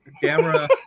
camera